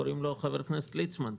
קוראים לו חבר הכנסת ליצמן.